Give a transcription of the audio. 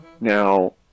Now